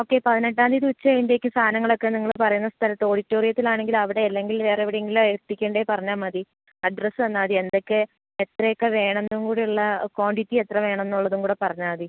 okay പതിനെട്ടാം തീയതി ഉച്ച കഴിയുമ്പോഴത്തേക്കും സാധനങ്ങളൊക്കെ നിങ്ങൾ പറയുന്ന സ്ഥലത്ത് ഓഡിറ്റോറിയത്തിലാണെങ്കിൽ അവിടെ അല്ലെങ്കിൽ വേറെ എവിടെയെങ്കിലും ആണ് ഏൽപ്പിക്കേണ്ടത് പറഞ്ഞാൽ മതി അഡ്രസ് തന്നാൽ മതി എന്തൊക്കെ എത്രയൊക്കെ വേണെമെന്ന് കൂടെയുള്ള കോണ്ടിറ്റി എത്ര വേണം എന്നുള്ളത് കൂടെ പറഞ്ഞാൽ മതി